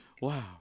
wow